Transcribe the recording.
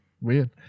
weird